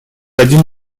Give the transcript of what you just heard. один